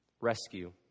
rescue